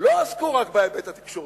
לא עסקו רק בהיבט התקשורתי,